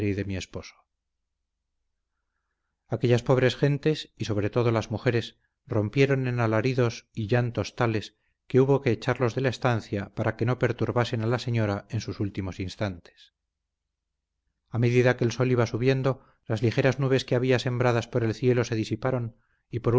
de mi esposo aquellas pobres gentes y sobre todo las mujeres rompieron en alaridos y llantos tales que hubo que echarlos de la estancia para que no perturbasen a la señora en sus últimos instantes a medida que el sol iba subiendo las ligeras nubes que había sembradas por el cielo se disiparon y por